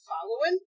following